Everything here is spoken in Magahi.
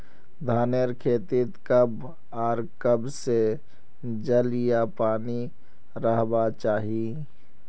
धानेर खेतीत कब आर कब से जल या पानी रहबा चही?